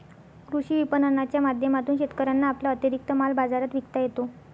कृषी विपणनाच्या माध्यमातून शेतकऱ्यांना आपला अतिरिक्त माल बाजारात विकता येतो